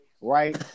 right